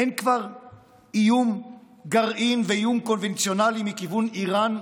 אין כבר איום גרעין ואיום קונבנציונלי מכיוון איראן ובנותיה?